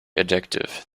addictive